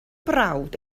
brawd